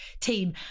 team